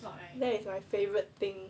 that is my favourite thing